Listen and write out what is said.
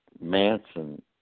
Manson